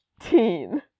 teen